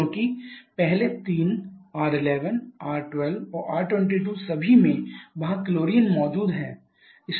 क्योंकि पहले तीन R 11 R 12 और R 22 सभी में वहां क्लोरीन मौजूद हैं